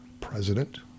president